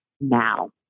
now